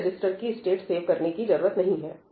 मुझे रजिस्टर की state save करने की जरूरत है